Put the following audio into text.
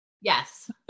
Yes